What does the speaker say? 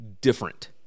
different